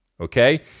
okay